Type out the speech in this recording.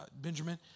Benjamin